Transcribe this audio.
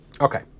Okay